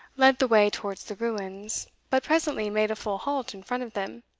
led the way towards the ruins, but presently made a full halt in front of them.